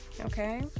okay